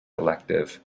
elective